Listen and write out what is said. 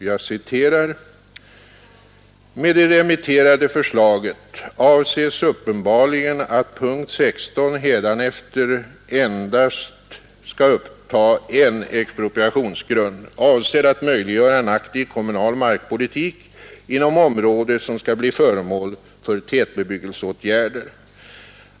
Jag citerar: ”Med det remitterade förslaget avses uppenbarligen att punkt 16 hädanefter endast skall upptaga en expropriationsgrund, avsedd att möjliggöra en aktiv kommunal markpolitik inom område som skall bli föremål för tätbebyggelseåtgärder.